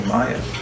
Maya